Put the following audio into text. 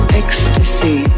ecstasy